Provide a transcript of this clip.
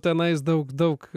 tenais daug daug